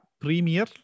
Premier